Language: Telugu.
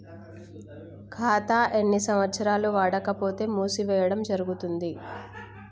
ఖాతా ఎన్ని సంవత్సరాలు వాడకపోతే మూసివేయడం జరుగుతుంది?